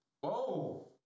Whoa